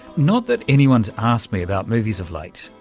not that anyone's asked me about movies of late,